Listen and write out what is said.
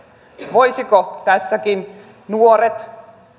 voisivatko tässäkin nuoret